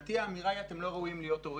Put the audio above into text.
מבחינתי האמירה היא: אתם לא ראויים להיות הורים.